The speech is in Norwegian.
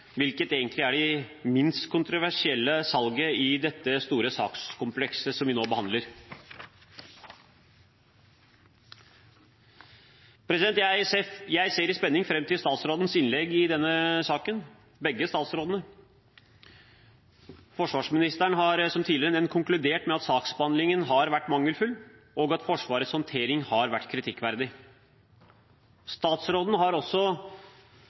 hvilket egentlig er det minst kontroversielle salget i dette store sakskomplekset som vi nå behandler. Jeg ser med spenning fram til begge statsrådenes innlegg i denne saken. Forsvarsministeren har, som tidligere nevnt, konkludert med at saksbehandlingen har vært mangelfull, og at Forsvarets håndtering har vært kritikkverdig. Statsråden har også